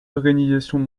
organisations